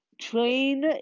train